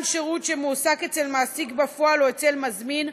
שירות שמועסק אצל מעסיק בפועל או אצל מזמין,